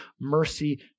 mercy